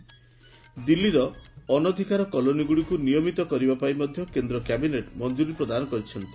ଦିଲ୍ଲୀର ଅନଧିକାର କଲୋନୀଗୁଡ଼ିକୁ ନିୟମିତ କରିବା ପାଇଁ ମଧ୍ୟ କେନ୍ଦ୍ର କ୍ୟାବିନେଟ୍ ମଞ୍ଜୁରୀ ପ୍ରଦାନ କରିଛନ୍ତି